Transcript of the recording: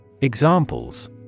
Examples